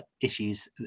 issues